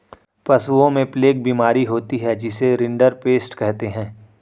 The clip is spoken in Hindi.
पशुओं में प्लेग बीमारी होती है जिसे रिंडरपेस्ट कहते हैं